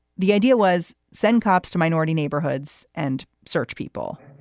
the idea was send cops to minority neighborhoods and search people